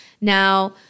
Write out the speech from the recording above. Now